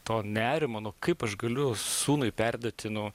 to nerimo nu kaip aš galiu sūnui perduoti nu